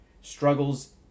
struggles